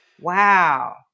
Wow